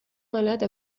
malade